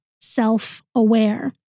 self-aware